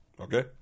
Okay